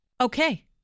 Okay